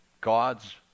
God's